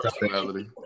personality